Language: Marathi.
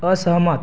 असहमत